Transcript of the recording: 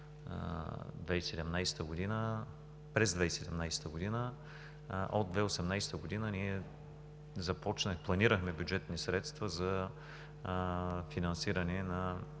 през 2017 г. От 2018 г. ние започнахме да планираме бюджетни средства за финансиране на